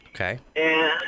Okay